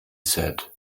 said